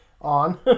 on